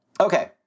Okay